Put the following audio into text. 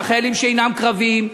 החיילים שאינם קרביים,